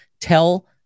tell